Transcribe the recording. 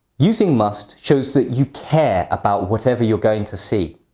using must shows that you care about whatever you're going to see.